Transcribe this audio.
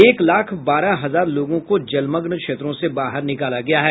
एक लाख बारह हजार लोगों को जलमग्न क्षेत्रों से बाहर निकाला गया है